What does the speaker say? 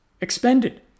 expended